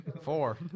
Four